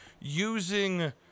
using